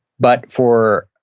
but for,